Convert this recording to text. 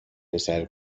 پسر